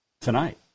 tonight